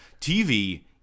TV